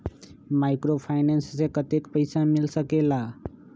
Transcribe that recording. Microfinance से कतेक पैसा मिल सकले ला?